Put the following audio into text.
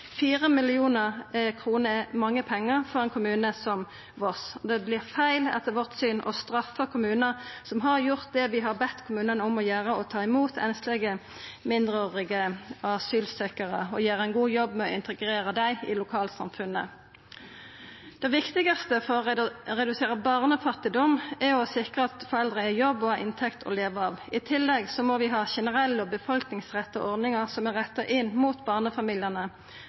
er mange pengar for ein kommune som Voss. Det vert feil – etter vårt syn – å straffa kommunar som har gjort det vi har bedt kommunane om å gjera, å ta imot einslege mindreårige asylsøkjarar og gjera ein god jobb med å integrera dei i lokalsamfunnet. Det viktigaste for å redusera barnefattigdom er å sikra at foreldra er i jobb og har inntekt å leva av. I tillegg må vi ha generelle og befolkningsretta ordningar som er retta inn mot barnefamiliane.